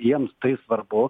jiems tai svarbu